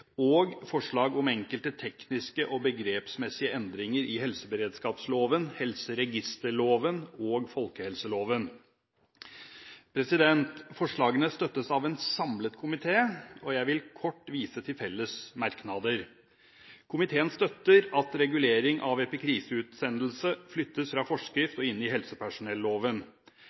og forslag om enkelte tekniske og begrepsmessige endringer i helseberedskapsloven, helseregisterloven og folkehelseloven. Forslagene støttes av en samlet komité, og jeg vil kort vise til felles merknader. Komiteen støtter at regulering av epikriseutsendelse flyttes fra forskrift og inn i